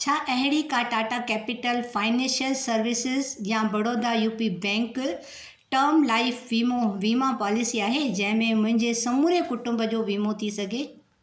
छा अहिड़ी का टाटा कैपिटल फ़ाइनेंसियल सर्विसेज़ यां Baroda UP bank term life वीमो वीमा पॉलिसी आहे जिंहिं में मुंहिंजे समूरे कुटुंब जो वीमो थी सघे